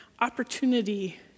opportunity